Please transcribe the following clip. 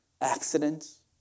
accidents